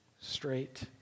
Straight